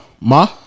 Ma